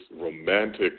romantic